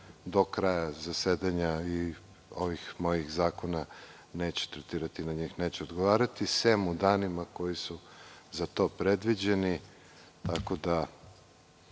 do kraja zasedanja ovih mojih zakona, neću tretirati, neću odgovarati, sem u danima koji su za to predviđeni. Neću moći